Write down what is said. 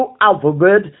alphabet